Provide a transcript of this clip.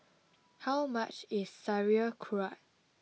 how much is Sauerkraut